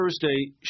Thursday